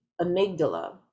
amygdala